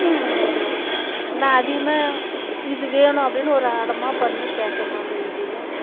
நான் அதிகமாக இது வேணும் அப்படின்னு ஒரு அடமாக பண்ணி கேட்க மாட்டேன் எங்கேயும்